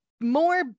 more